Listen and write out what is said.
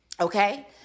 Okay